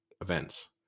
events